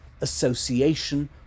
association